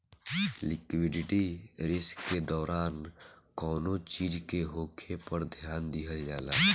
liquidity risk के दौरान कौनो चीज के होखे पर ध्यान दिहल जाला